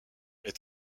est